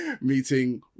meeting